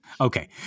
Okay